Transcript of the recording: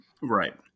Right